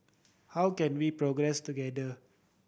how can we progress together